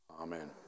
Amen